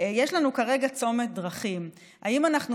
יש לנו כרגע צומת דרכים: האם אנחנו